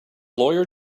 lawyer